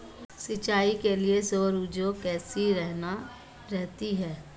सिंचाई के लिए सौर ऊर्जा कैसी रहती है?